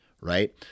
right